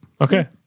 Okay